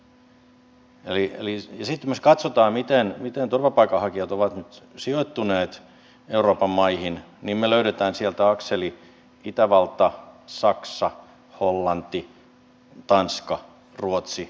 ja sitten kun myös katsotaan miten turvapaikanhakijat ovat sijoittuneet euroopan maihin niin me löydämme sieltä akselin itävaltasaksahollantitanskaruotsisuomi